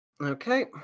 Okay